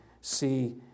see